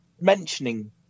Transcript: mentioning